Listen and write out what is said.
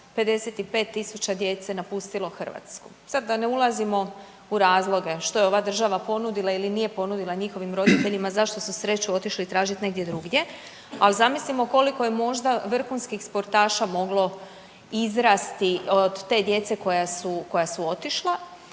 55.000 djece napustilo Hrvatsku. Sad da ne ulazimo u razloge što je ova država ponudila ili nije ponudila njihovim roditeljima, zašto su sreću otišli tražiti negdje drugdje, ali zamislimo koliko je možda vrhunskih sportaša moglo izrasti od te djece koja su, koja